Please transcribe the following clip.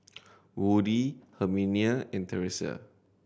Woody Herminia and Terese